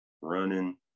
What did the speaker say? running